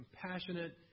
compassionate